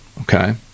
okay